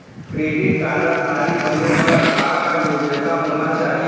Credit card धारी बने बर का का योग्यता होना चाही?